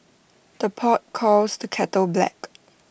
the pot calls the kettle black